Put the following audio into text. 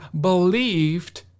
believed